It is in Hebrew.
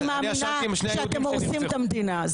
אני מאמינה שאתם הורסים את המדינה.